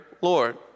Lord